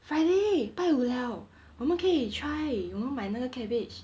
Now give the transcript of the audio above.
friday 拜五了我们可以 try 我们买那个 cabbage